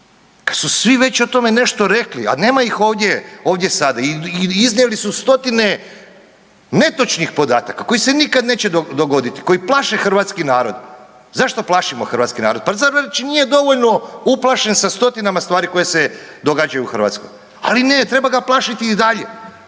kad su svi već o tome nešto rekli, a nema ih ovdje sada i iznijeli su stotine netočnih podataka koji se nikada neće dogoditi koji plaše hrvatski narod. Zašto plašimo hrvatski narod? Pa zar već nije dovoljno uplašen sa 100-tinama stvari koje se događaju u Hrvatskoj? Ali ne, treba ga plašiti i dalje